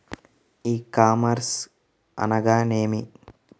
ఈ కామర్స్ అనగా నేమి?